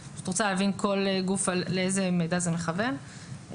אני רוצה להבין לאיזה מידע מכוון כל גוף,